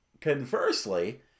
Conversely